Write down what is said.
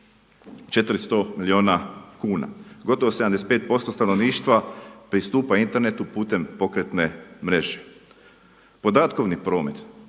400 milijuna kuna. Gotovo 75% stanovništva pristupa internetu putem pokretne mreže. Podatkovni promet,